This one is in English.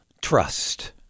Trust